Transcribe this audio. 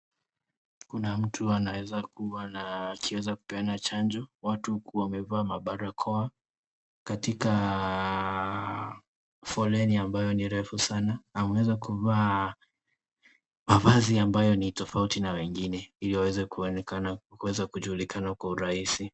Kuna mtu anaweza kuwa na akiweza kupeana chanjo. Watu wamevaa mabarakoa, katika foleni ambayo ni refu sana, ameweza kuvaa mavazi ambayo ni tofauti na wengine ili waweze kuonekana , kuweza kujilikana kwa urahisi.